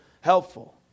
helpful